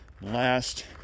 last